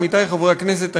עמיתי חברי הכנסת,